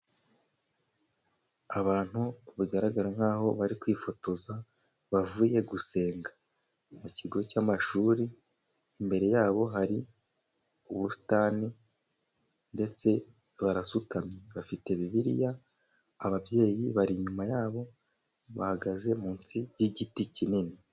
Abantu bagaragara nkaho bari kwifotoza bavuye gusenga mu kigo cy'amashuri imbere yabo hari ubusitani ndetse barasutamye bafite bibiliya ababyeyi bari inyuma yabo bahagaze munsi y'igiti kinini.